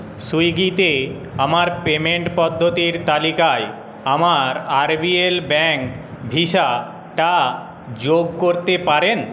সুইগিতে আমার পেমেন্ট পদ্ধতির তালিকায় আমার আরবিএল ব্যাংক ভিসা টা যোগ করতে পারেন